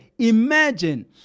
imagine